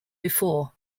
before